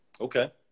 Okay